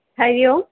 हरिः ओम्